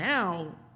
Now